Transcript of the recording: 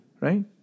right